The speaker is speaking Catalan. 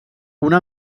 una